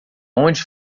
onde